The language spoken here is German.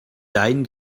dein